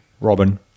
Robin